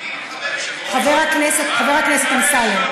חבר הכנסת אמסלם,